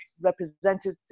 representative